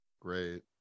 great